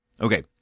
Okay